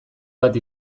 bat